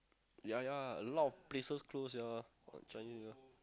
ya ya a lot of places close sia got Chinese New Year